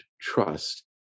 trust